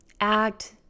act